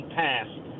passed